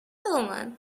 woman